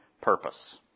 purpose